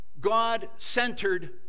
God-centered